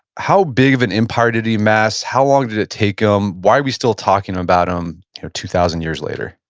how big of an empire did he mass? how long did it take him? why are we still talking about him two thousand years later?